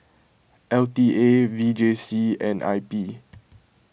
L T A V J C and I P